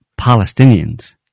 Palestinians